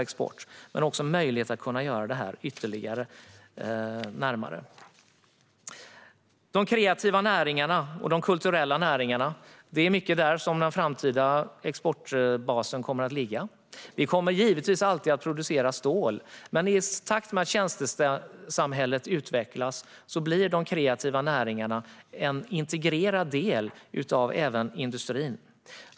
De skulle kunna göra detta ännu mer. Inom de kreativa och kulturella näringarna kommer mycket av den framtida exportbasen att ligga. Vi kommer givetvis alltid att producera stål. Men i takt med att tjänstesamhället utvecklas blir även de kreativa näringarna en integrerad del av industrin.